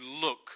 look